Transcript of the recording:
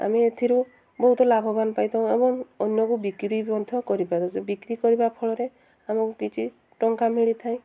ଆମେ ଏଥିରୁ ବହୁତ ଲାଭବାନ ପାଇଥାଉ ଏବଂ ଅନ୍ୟକୁ ବିକ୍ରି ମଧ୍ୟ କରିପାରିବେ ବିକ୍ରି କରିବା ଫଳରେ ଆମକୁ କିଛି ଟଙ୍କା ମିଳିଥାଏ